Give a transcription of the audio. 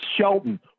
Shelton